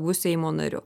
bus seimo nariu